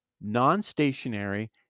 non-stationary